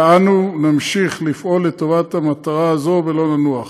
ואנו נמשיך לפעול לטובת המטרה הזאת, ולא ננוח.